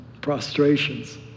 prostrations